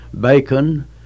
Bacon